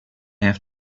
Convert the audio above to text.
have